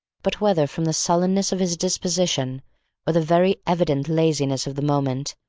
but, whether from the sullenness of his disposition or the very evident laziness of the moment,